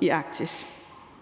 i Arktis